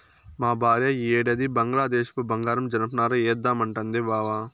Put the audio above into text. మా భార్య ఈ ఏడాది బంగ్లాదేశపు బంగారు జనపనార ఏద్దామంటాంది బావ